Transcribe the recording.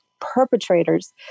perpetrators